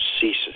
ceases